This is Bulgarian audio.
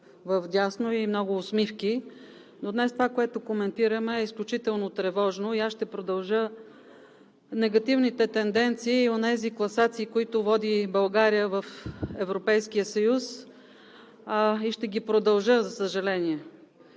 вдясно и много усмивки, но това, което днес коментираме, е изключително тревожно и аз ще продължа негативните тенденции и класации, които води България в Европейския съюз, и ще ги продължа, за съжаление.